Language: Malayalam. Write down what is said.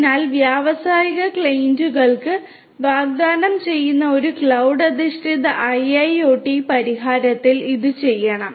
അതിനാൽ വ്യാവസായിക ക്ലയന്റുകൾക്ക് വാഗ്ദാനം ചെയ്യുന്ന ഒരു ക്ലൌഡ് അധിഷ്ഠിത IIoT പരിഹാരത്തിൽ ഇത് ചെയ്യണം